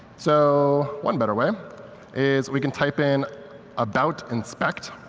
so one better way is we can type in about inspect,